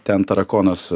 ten tarakonas